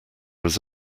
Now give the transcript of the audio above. was